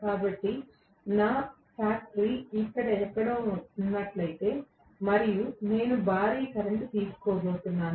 కాబట్టి నా ఫ్యాక్టరీ ఇక్కడ ఎక్కడో ఉన్నట్లయితే మరియు నేను భారీ కరెంట్ తీసుకోబోతున్నాను